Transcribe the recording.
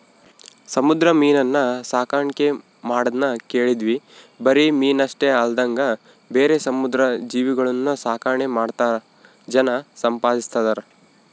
ಸಮುದ್ರ ಮೀನುನ್ನ ಸಾಕಣ್ಕೆ ಮಾಡದ್ನ ಕೇಳಿದ್ವಿ ಬರಿ ಮೀನಷ್ಟೆ ಅಲ್ದಂಗ ಬೇರೆ ಸಮುದ್ರ ಜೀವಿಗುಳ್ನ ಸಾಕಾಣಿಕೆ ಮಾಡ್ತಾ ಜನ ಸಂಪಾದಿಸ್ತದರ